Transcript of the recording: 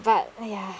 but !aiya!